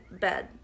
bed